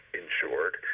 insured